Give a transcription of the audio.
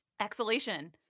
Exhalation